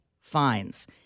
fines